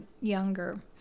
younger